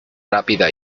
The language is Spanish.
rápida